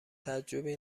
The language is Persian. تعجبی